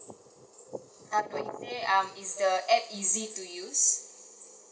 ah no is there um is the app easy to use